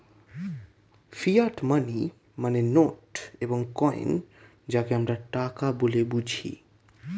fiat money মানে note এবং coin যাকে আমরা টাকা বলে বুঝি